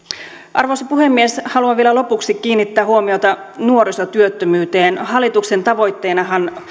arvoisa puhemies haluan vielä lopuksi kiinnittää huomiota nuorisotyöttömyyteen hallituksen tavoitteenahan